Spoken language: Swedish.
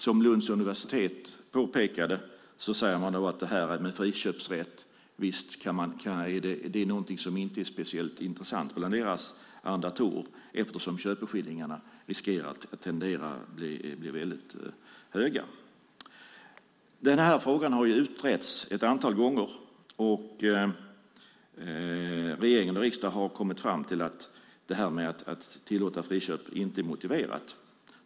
Som Lunds universitet påpekade är detta med friköpsrätt inte särskilt intressant för deras arrendatorer eftersom köpeskillingarna riskerar att bli väldigt höga. Den här frågan har utretts ett antal gånger, och regering och riksdag har kommit fram till att detta med att tillåta friköp inte är motiverat.